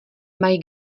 mají